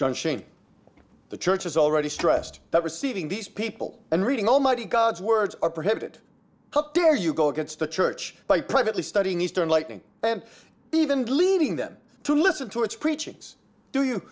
to shame the church has already stressed that receiving these people and reading almighty god's words are prohibited up there you go against the church by privately studying eastern lightning and even leaving them to listen to